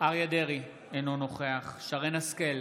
אריה מכלוף דרעי, אינו נוכח שרן מרים השכל,